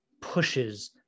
pushes